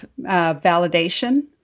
validation